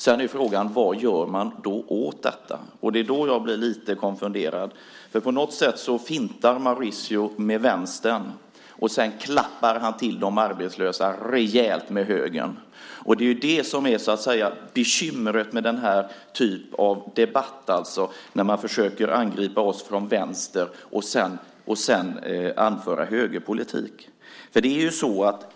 Sedan är frågan vad som ska göras åt detta. Det är då jag blir lite konfunderad. På något sätt fintar Mauricio med vänstern för att sedan klappa till de arbetslösa rejält med högern. Det är det som är bekymret med denna typ av debatt, det vill säga när man försöker angripa oss från vänster och sedan anföra högerpolitik.